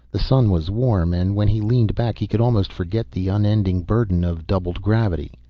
the sun was warm and when he leaned back he could almost forget the unending burden of doubled gravity.